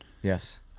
Yes